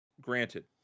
Granted